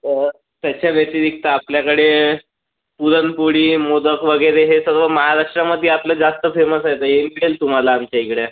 त्याच्या व्यतिरिक्त आपल्याकडे पुरणपोळी मोदक वगैरे हे सगळं महाराष्ट्रामध्ये आपला जास्त फेमस आहे तर हे मिळेल तुम्हाला आमच्या इकडे